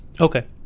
Okay